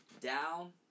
down